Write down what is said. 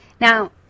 Now